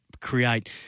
create